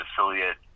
affiliate